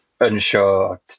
unsure